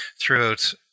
throughout